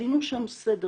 עשינו שם סדר.